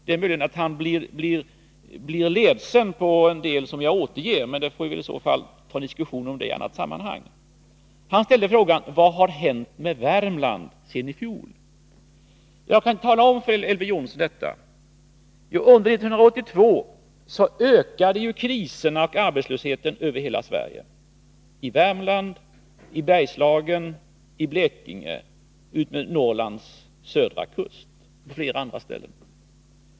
Det är möjligt att han blir ledsen över något av det jag säger, men den saken får vi väl diskutera senare. Elver Jonsson frågade mig vad som har hänt med Värmland sedan i fjol. År 1982 ökade kriserna och arbetslösheten över hela Sverige — i Värmland, i Bergslagen, i Blekinge, utmed Norrlands södra kust etc.